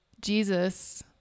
Jesus